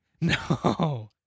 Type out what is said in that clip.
No